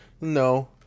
No